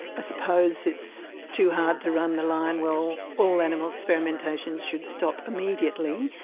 i suppose it's too hard to run the line, well all animal experimentation should stop immediately.